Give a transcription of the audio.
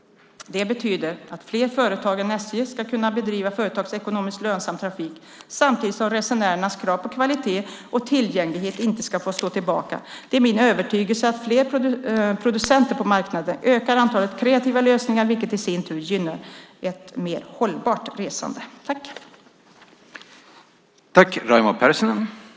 Det betyder att fler företag än SJ ska kunna bedriva företagsekonomiskt lönsam trafik, samtidigt som resenärernas krav på kvalitet och tillgänglighet inte ska få stå tillbaka. Det är min övertygelse att fler producenter på marknaden ökar antalet kreativa lösningar, vilket i sin tur gynnar ett mer hållbart resande. Då Hans Stenberg, som framställt interpellationen, anmält att han var förhindrad att närvara vid sammanträdet medgav talmannen att Raimo Pärssinen i stället fick delta i överläggningen.